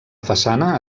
façana